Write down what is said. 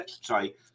sorry